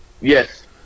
Yes